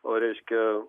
o reiškia